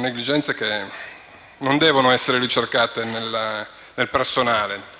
negligenze che non devono essere ricercate nel personale,